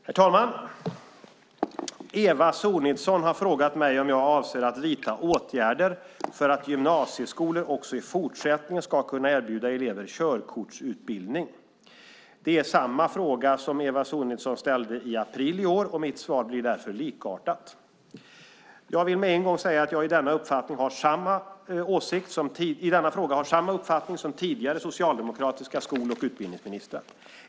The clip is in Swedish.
Herr talman! Eva Sonidsson har frågat mig om jag avser att vidta åtgärder för att gymnasieskolor också i fortsättningen ska kunna erbjuda elever körkortsutbildning. Det är samma fråga som Eva Sonidsson ställde i april i år och mitt svar blir därför likartat. Jag vill med en gång säga att jag i denna fråga har samma uppfattning som tidigare socialdemokratiska skol och utbildningsministrar.